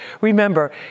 Remember